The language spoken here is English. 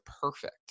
perfect